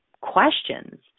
questions